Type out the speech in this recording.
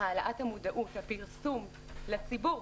העלאת המודעות בפרסום לציבור.